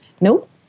Nope